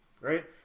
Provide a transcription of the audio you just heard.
right